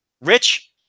Rich